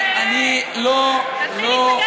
תפסיק להסית, תפסיק להתלהם.